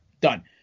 done